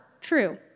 true